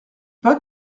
pas